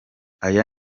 aya